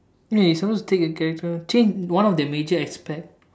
wait you suppose to take a character change one of the major aspect